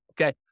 okay